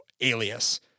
alias